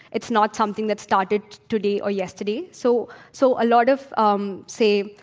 it's not something that started today or yesterday. so, so a lot of, um say,